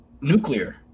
nuclear